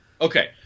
Okay